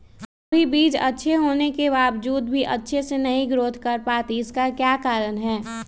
कभी बीज अच्छी होने के बावजूद भी अच्छे से नहीं ग्रोथ कर पाती इसका क्या कारण है?